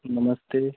नमस्ते